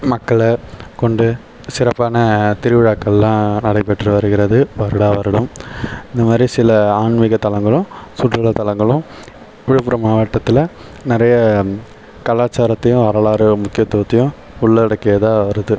மக்களை கொண்டு சிறப்பான திருவிழாக்கெல்லாம் நடைபெற்று வருகிறது வருடா வருடம் இந்த மாதிரி சில ஆன்மீக தளங்களும் சுற்றுலா தளங்களும் விழுப்புரம் மாவட்டத்தில் நிறைய காலாச்சாரத்தையம் வரலாறு முக்கியத்துவத்தையும் உள்ளடக்கியதாக வருது